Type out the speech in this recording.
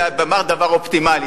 זה באמת דבר אופטימלי.